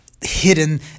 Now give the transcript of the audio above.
hidden